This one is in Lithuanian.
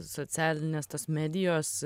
socialines medijos